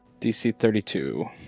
DC-32